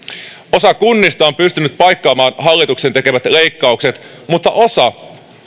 osa kunnista on pystynyt paikkaamaan hallituksen tekemät leikkaukset mutta osa